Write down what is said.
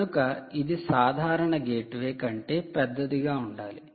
కనుక ఇది సాధారణ గేట్వే కంటే పెద్దదిగా ఉండాలి